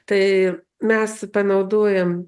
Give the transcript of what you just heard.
tai mes panaudojom